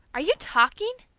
are you talking?